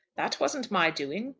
that wasn't my doing.